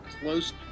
close